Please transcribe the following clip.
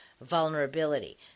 vulnerability